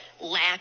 lack